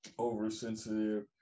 Oversensitive